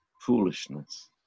foolishness